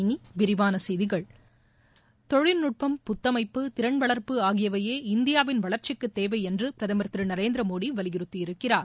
இனி விரிவான செய்திகள் தொழில்நுட்பம் புத்தமைப்பு திறன்வளா்ப்பு ஆகியவையே இந்தியாவின் வளா்ச்சிக்கு தேவை என்று பிரதமர் திரு நரேந்திரமோடி வலியுறுத்தியிருக்கிறார்